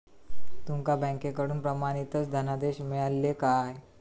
तुमका बँकेकडून प्रमाणितच धनादेश मिळाल्ले काय?